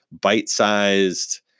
bite-sized